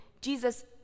Jesus